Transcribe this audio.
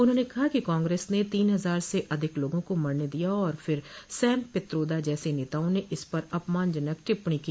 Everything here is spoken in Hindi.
उन्होंने कहा कि कांग्रेस ने तीन हजार से अधिक लोगों को मरने दिया और फिर सैम पित्रोदा जैसे नेताओं ने इस पर अपमानजनक टिप्पणी की